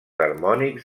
harmònics